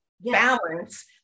balance